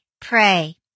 pray